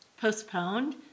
postponed